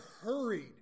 hurried